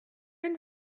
une